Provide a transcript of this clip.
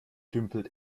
dümpelt